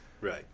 Right